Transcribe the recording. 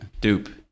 Dupe